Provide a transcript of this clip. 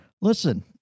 Listen